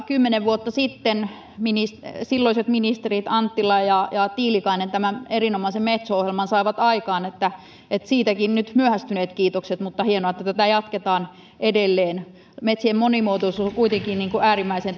kymmenen vuotta sitten todella silloiset ministerit anttila ja ja tiilikainen tämän erinomaisen metso ohjelman saivat aikaan eli siitäkin nyt myöhästyneet kiitokset ja on hienoa että tätä jatketaan edelleen metsien monimuotoisuus on kuitenkin äärimmäisen